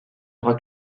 aura